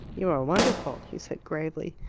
you are wonderful! he said gravely.